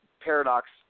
Paradox